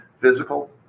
physical